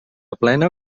plena